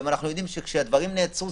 אנחנו יודעים שכאשר הדברים נעצרו,